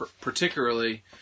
particularly